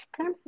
Okay